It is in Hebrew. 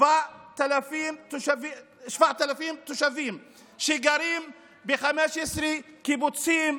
7,000 תושבים, שגרים ב-15 קיבוצים,